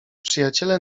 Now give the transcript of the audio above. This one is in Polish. przyjaciele